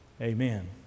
Amen